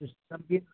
اس سب کی